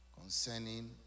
concerning